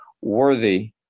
worthy